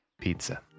Pizza